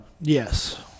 Yes